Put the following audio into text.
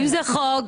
אם זה חוק.